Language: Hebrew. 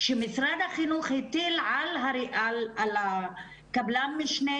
התכנית היא על פי חוק.